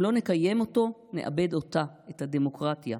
אם לא נקיים אותו, נאבד אותה, את הדמוקרטיה.